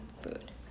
food